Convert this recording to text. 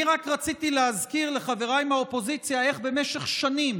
אני רק רציתי להזכיר לחבריי מהאופוזיציה איך במשך שנים